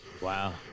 Wow